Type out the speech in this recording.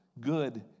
good